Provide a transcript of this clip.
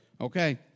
Okay